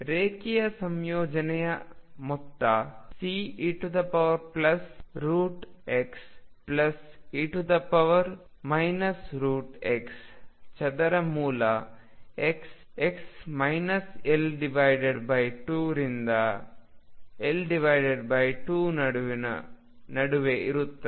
ರೇಖೀಯ ಸಂಯೋಜನೆಯ ಮೊತ್ತ CexDe x ಚದರ ಮೂಲ x x L2 ರಿಂದ L2 ನಡುವೆ ಇರುತ್ತದೆ